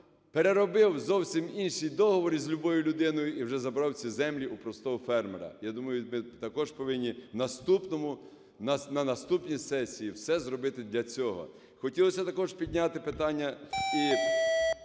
переробив зовсім інший договір з любою людиною і вже забрав ці землі у простого фермера. Я думаю, ми також повинні в наступному, на наступній сесії все зробити для цього. Хотілося також підняти питання і